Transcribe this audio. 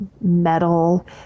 metal